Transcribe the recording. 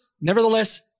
nevertheless